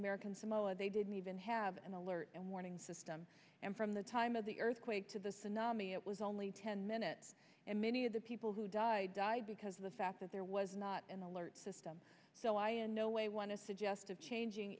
american samoa they didn't even have an alert and warning system and from the time of the earthquake to the tsunami it was only ten minutes and many of the people who died died because of the fact that there was not an alert system so i in no way want to suggest of changing